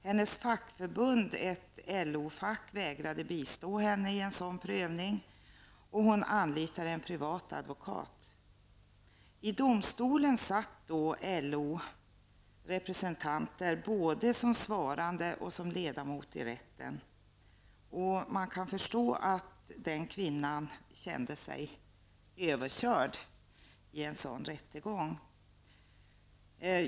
Hennes fackförbund, ett LO fack, vägrade bistå henne i en sådan prövning, och hon anlitade en privat advokat. I domstolen fanns då LO-representanter både som svarande och som ledamot av rätten. Man kan förstå att kvinnan kände sig överkörd i en sådan rättegång.